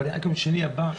עד יום שני הבא?